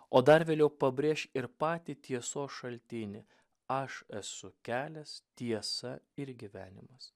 o dar vėliau pabrėš ir patį tiesos šaltinį aš esu kelias tiesa ir gyvenimas